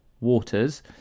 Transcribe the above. waters